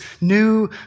new